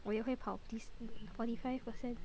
我也会跑 please forty five percent